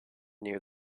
near